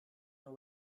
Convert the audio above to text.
know